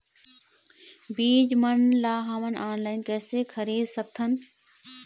बीज मन ला हमन ऑनलाइन कइसे खरीद सकथन?